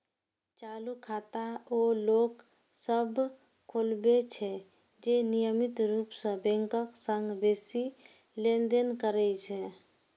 चालू खाता ओ लोक सभ खोलबै छै, जे नियमित रूप सं बैंकक संग बेसी लेनदेन करै छै